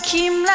Kim